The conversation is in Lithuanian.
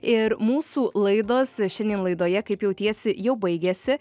ir mūsų laidos šiandien laidoje kaip jautiesi jau baigėsi